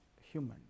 human